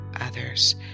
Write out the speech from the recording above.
others